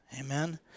Amen